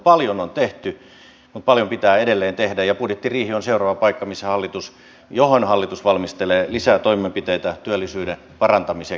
paljon on tehty mutta paljon pitää edelleen tehdä ja budjettiriihi on seuraava paikka johon hallitus valmistelee lisää toimenpiteitä työllisyyden parantamiseksi